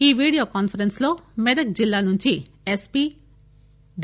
ఈ వీడియో కాన్సరెన్సులో మెదక్ జిల్లా నుంచి ఎస్పీ డి